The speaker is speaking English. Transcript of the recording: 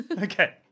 Okay